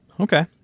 Okay